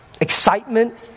excitement